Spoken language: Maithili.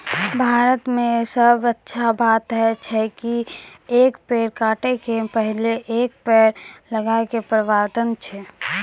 भारत मॅ सबसॅ अच्छा बात है छै कि एक पेड़ काटै के पहिने एक पेड़ लगाय के प्रावधान छै